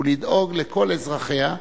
היא לדאוג לכל אזרחיה,